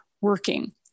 working